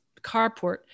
carport